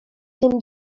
tym